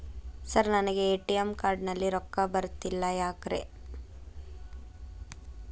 Sir ನನಗೆ ATM card ನಲ್ಲಿ ರೊಕ್ಕ ಬರತಿಲ್ಲ ಯಾಕ್ರೇ?